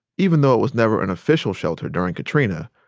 even though it was never an official shelter during katrina,